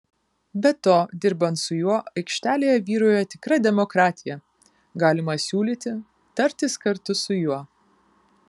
be to dirbant su juo aikštelėje vyrauja tikra demokratija galima siūlyti tartis kartu su juo